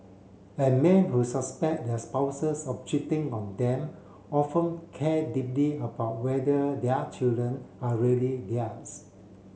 and men who suspect their spouses of cheating on them often care deeply about whether their children are really theirs